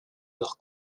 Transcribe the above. leur